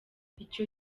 icyo